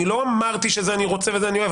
אני לא אמרתי שזה אני רוצה וזה אני אוהב.